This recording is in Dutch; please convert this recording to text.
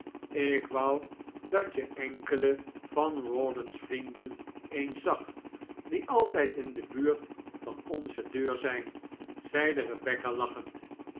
ik wou dat je enkele van rawdon's vrienden eens zag die altijd in de buurt van onze deur zijn zeide rebecca lachend